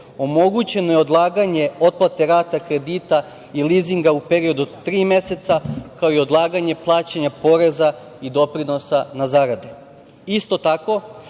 omogućeno je odlaganje otplate rata kredita i lizinga u periodu od tri meseca kao i odlaganje plaćanja poreza i doprinosa na zarade. Isto tako,